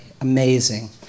Amazing